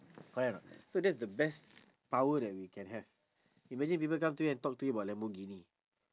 correct or not so that's the best power that we can have imagine people come to you and talk to you about lamborghini